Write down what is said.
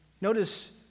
notice